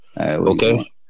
Okay